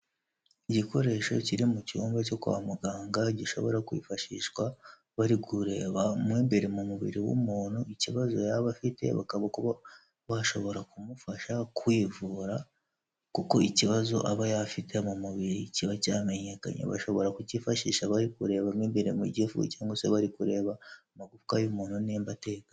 Igikoresho kiri mu cyumba cyo kwa muganga gishobora kwifashishwa bari kureba mwo imbere mu mubiri w'umuntu ikibazo yaba afite; bakaba bashobora kumufasha kwivura kuko ikibazo aba yari afite mu mubiri kiba cyamenyekanye. Bashobora kukifashisha bari kureba mwo imbere mu gifu cyangwa se bari kureba amagufwa y'umuntu nimba atekanye.